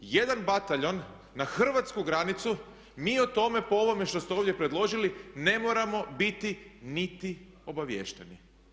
Jedan bataljon na hrvatsku granicu mi o tome po ovome što ste ovdje predložili ne moramo biti niti obaviješteni.